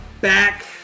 back